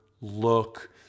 look